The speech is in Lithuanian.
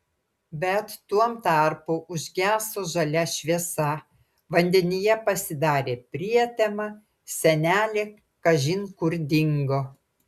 bet tuom tarpu užgeso žalia šviesa vandenyje pasidarė prietema senelė kažin kur dingo